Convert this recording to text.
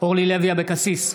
אורלי לוי אבקסיס,